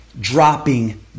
dropping